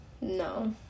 no